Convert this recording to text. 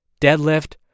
deadlift